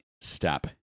step